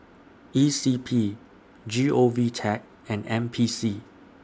E C P G O V Tech and N P C